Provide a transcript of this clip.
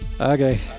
Okay